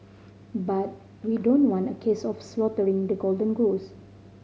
but we don't want a case of slaughtering the golden goose